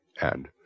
and—